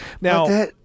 now